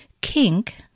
kink